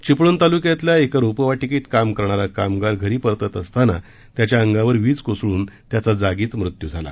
चिपळूण तालुक्यातल्या एका रोपवाटिकेत काम करणारा कामगार घरी परतत असताना त्याच्या अंगावर वीज कोसळून त्याचा जागीच मृत्यू झाला